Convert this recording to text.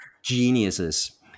geniuses